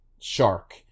shark